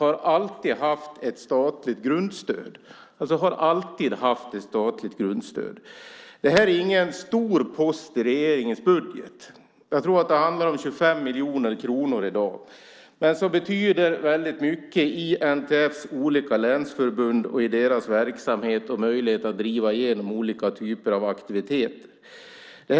NTF har alltid haft ett statligt grundstöd. Det är ingen stor post i regeringens budget - jag tror att det handlar om 25 miljoner kronor i dag - men den betyder mycket i NTF:s olika länsförbund och deras möjligheter att driva igenom olika typer av aktiviteter i verksamheten.